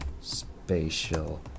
spatial